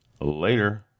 Later